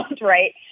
right